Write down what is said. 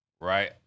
right